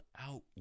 out